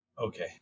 Okay